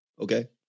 okay